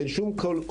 אין כל כוונה